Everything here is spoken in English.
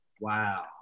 Wow